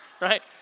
right